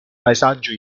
paesaggio